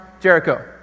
Jericho